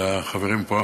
"רבין" המבקרים פה,